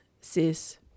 sis